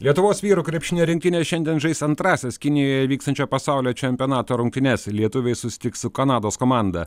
lietuvos vyrų krepšinio rinktinė šiandien žais antrąsias kinijoje vykstančio pasaulio čempionato rungtynes lietuviai susitiks su kanados komanda